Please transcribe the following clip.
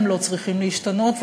הם לא צריכים להשתנות,